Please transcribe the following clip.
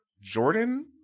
Jordan